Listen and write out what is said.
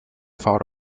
far